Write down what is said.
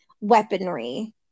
weaponry